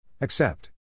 Accept